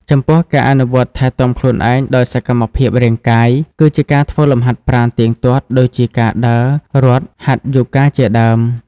ចំពោះ ការអនុវត្តថែទាំខ្លួនឯងដោយសកម្មភាពរាងកាយ គឺជាការធ្វើលំហាត់ប្រាណទៀងទាត់ ដូចជាការដើរ រត់ ហាត់យ៉ូហ្គាជាដើម។